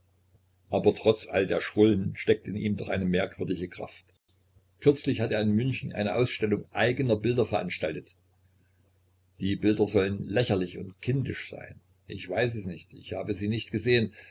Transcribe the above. aber trotz all der schrullen steckt in ihm doch eine merkwürdige kraft kürzlich hat er in münchen eine ausstellung eigener bilder veranstaltet die bilder sollen lächerlich und kindisch sein ich weiß es nicht ich habe sie nicht gesehen